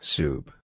Soup